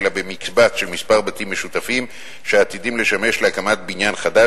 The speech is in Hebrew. אלא במקבץ של מספר בתים משותפים שעתידים לשמש להקמת בניין חדש,